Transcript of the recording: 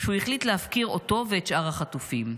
שהוא החליט להפקיר אותו ואת שאר החטופים?